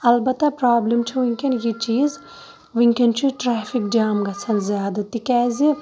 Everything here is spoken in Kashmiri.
اَلبَتہَ پرابلم چھِ وٕنکٮ۪ن یہِ چیٖز وٕنکٮ۪ن چھُ ٹریفِک جام گَژھان زیادٕ تکیازٕ